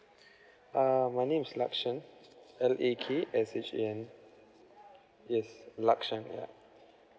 uh my name is lakshan L A K S H A N yes lakshan yeah